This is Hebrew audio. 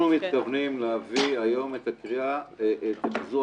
אנחנו מתכוונים להעביר היום את פיזור